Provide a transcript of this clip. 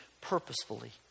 purposefully